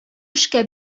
эшкә